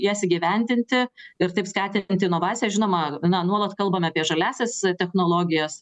jas įgyvendinti ir taip skatinti inovaciją žinoma na nuolat kalbam apie žaliąsias technologijas